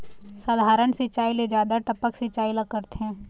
साधारण सिचायी ले जादा टपक सिचायी ला करथे